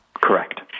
Correct